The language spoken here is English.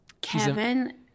Kevin